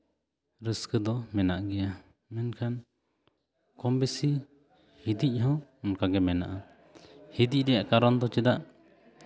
ᱨᱟᱹᱥᱠᱟᱹ ᱫᱚ ᱢᱮᱱᱟᱜ ᱜᱮᱭᱟ ᱢᱮᱱᱠᱷᱟᱱ ᱠᱚᱢᱵᱮᱥᱤ ᱦᱤᱫᱤᱡ ᱦᱚᱸ ᱚᱱᱠᱟᱜᱮ ᱢᱮᱱᱟᱜᱼᱟ ᱦᱤᱫᱤᱡ ᱨᱮᱭᱟᱜ ᱠᱟᱨᱚᱱ ᱫᱚ ᱪᱮᱫᱟᱜ